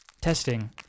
Testing